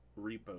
repo